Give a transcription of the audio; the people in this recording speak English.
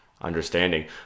understanding